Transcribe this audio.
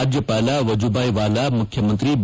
ರಾಜ್ಯಪಾಲ ವಜುಭಾಯಿ ವಾಲಾ ಮುಖ್ಯಮಂತ್ರಿ ಬಿ